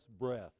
breath